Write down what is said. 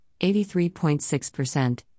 83.6%